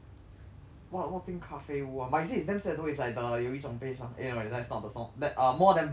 what what thing 咖啡屋 [one] but he say it's damn sad though it's like the 有一种悲伤 eh not that's not the song that um more than blue